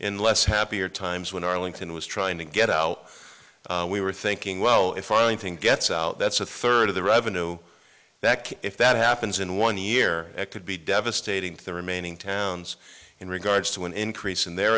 in less happier times when arlington was trying to get out we were thinking well if our anything gets out that's a third of the revenue that if that happens in one year it could be devastating to the remaining towns in regards to an increase in their